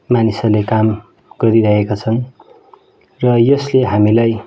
मानिसहरूले काम गरिरहेका छन् र यसले हामीलाई